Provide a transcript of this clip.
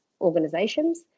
organizations